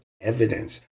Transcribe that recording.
evidence